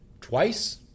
twice